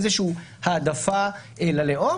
איזושהי העדפה ללאום,